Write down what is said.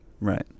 Right